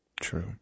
true